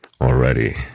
already